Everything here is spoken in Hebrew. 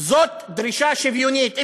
זאת דרישה שוויונית.